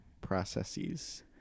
processes